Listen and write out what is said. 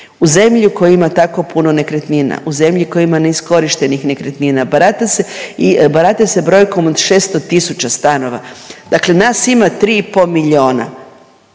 U zemlji u kojoj ima tako puno nekretnina, u zemlji koja ima neiskorištenih nekretnina barata se brojkom od 600 tisuća stanova. Dakle nas ima 3,5 milijuna.